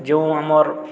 ଯେଉଁ ଆମର୍